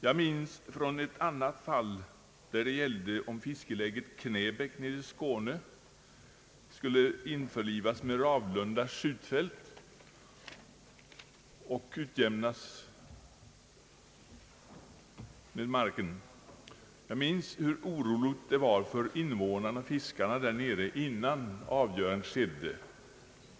Jag minns från ett annat fall, som gällde om fiskeläget Knäbäck i Skåne skulle införlivas med Ravlunda skjutfält och jämnas med marken, hur oroligt det var för invånarna, fiskarbefolkningen i Knäbäck, innan avgörandet skedde.